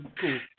cool